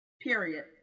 Period